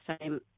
time